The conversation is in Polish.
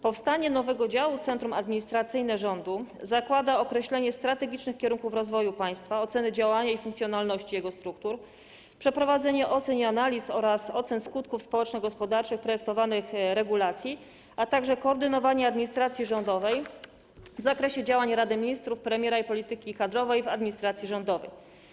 Powstanie nowego działu - centrum administracyjnego rządu zakłada określanie strategicznych kierunków rozwoju państwa, ocen działania i funkcjonalności jego struktur, przeprowadzanie ocen i analiz oraz ocen skutków społeczno-gospodarczych projektowanych regulacji, a także koordynowanie administracji rządowej w zakresie działania Rady Ministrów, premiera i polityki kadrowej w administracji rządowej.